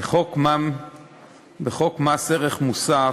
בחוק מס ערך מוסף,